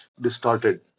distorted